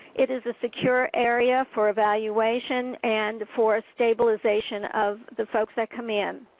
it is a secure area for evaluation and for stabilization of the folks that come in.